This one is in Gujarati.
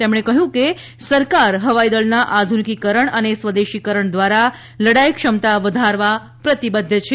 તેમણે કહ્યું કે સરકાર હવાઈદળના આધુનિકીકરણ અને સ્વદેશીકરણ દ્વારા લડાઇ ક્ષમતા વધારવા પ્રતિબદ્ધ છે